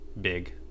big